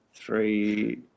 three